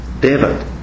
David